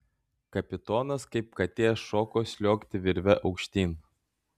kapitonas kaip katė šoko sliuogti virve aukštyn